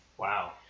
Wow